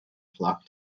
flock